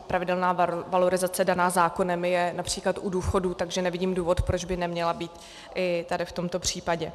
Pravidelná valorizace daná zákonem je např. u důchodů, takže nevidím důvod, proč by neměla být i tady v tomto případě.